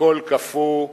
הכול קפוא,